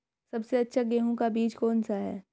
सबसे अच्छा गेहूँ का बीज कौन सा है?